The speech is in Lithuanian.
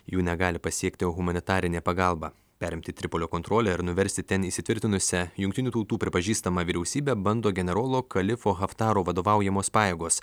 jų negali pasiekti humanitarinė pagalba perimti tripolio kontrolę ir nuversti ten įsitvirtinusią jungtinių tautų pripažįstamą vyriausybę bando generolo kalifo haftaro vadovaujamos pajėgos